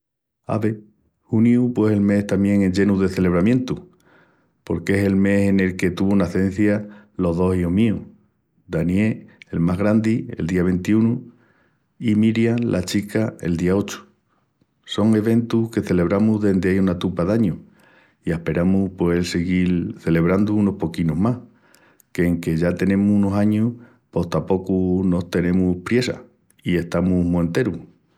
Ave, juniu pos el mes tamién enllenu de celebramientus porque es el mes en el que tuvun nacencia los dos ijus míus. Daniel, el más grandii, el día ventiunu, i Miriam, la chica, el día ochu. Son eventus que celebramus dendi ai una tupa d'añus i asperamus poel siguil celebrandu unus poquinus más, que enque ya tenemus unus añus pos tapocu no tenemus priessa i estamus mu enterus.